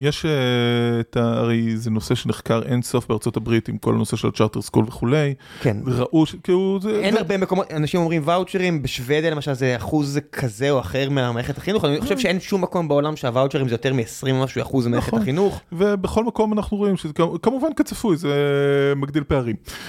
יש את, הרי זה נושא שנחקר אין סוף בארצות הברית עם כל הנושא של הצ'רטר סקול וכולי... - כן ראו שכאילו זה... -אין הרבה מקומות... אנשים אומרים ואוצ'רים, בשוודיה למשל זה אחוז כזה או אחר מהמערכת החינוך, אני חושב שאין שום מקום בעולם שהוואוצ'רים זה יותר מ-20 ומשהו אחוז מהמערכת החינוך... - נכון, ובכל מקום אנחנו רואים שזה, כמובן כצפוי זה מגדיל פערים.